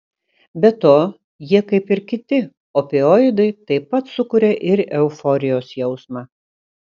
be to jie kaip ir kiti opioidai taip pat sukuria ir euforijos jausmą